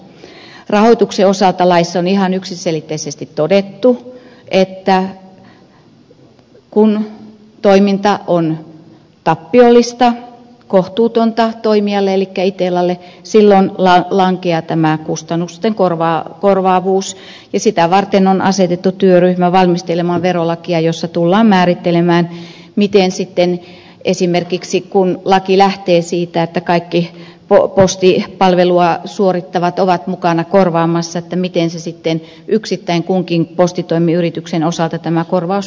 rahoituksen osalta laissa on ihan yksiselitteisesti todettu että kun toiminta on tappiollista kohtuutonta toimijalle elikkä itellalle silloin lankeaa tämä kustannusten korvaavuus ja sitä varten on asetettu työryhmä valmistelemaan verolakia jossa tullaan määrittelemään miten kun laki lähtee siitä että kaikki postipalvelua suorittavat ovat mukana korvaamassa kunkin postitoimiyrityksen osalta tämä korvaus muodostuu